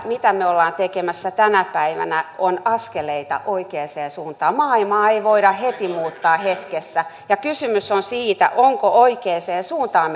mitä me olemme tekemässä tänä päivänä on askeleita oikeaan suuntaan maailmaa ei voida heti muuttaa hetkessä ja kysymys on siitä ovatko ne oikeaan suuntaan